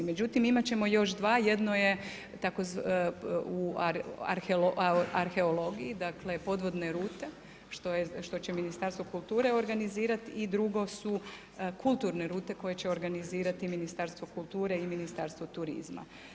Međutim, imati ćemo još dva, jedno je u arheologije, dakle, podvodne rute, što će Ministarstvo kulture organizirati i drugo su kulturne rute koje će organizirati Ministarstvo kulture i Ministarstvo turizma.